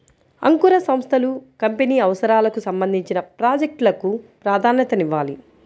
అంకుర సంస్థలు కంపెనీ అవసరాలకు సంబంధించిన ప్రాజెక్ట్ లకు ప్రాధాన్యతనివ్వాలి